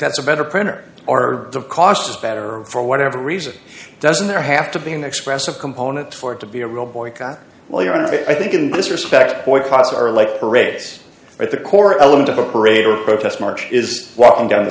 that's a better printer or the cost is better for whatever reason doesn't there have to be an expressive component for it to be a real boycott well your honor i think in this respect boycotts are like parades but the core element of a parade or a protest march is walking down the